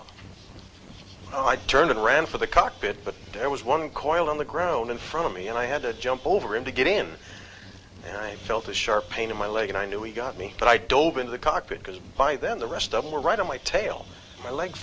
i turned and ran for the cockpit but there was one coil on the ground in front of me and i had to jump over him to get in and i felt a sharp pain in my leg and i knew he got me but i don't in the cockpit because by then the rest of them were right on my tail my leg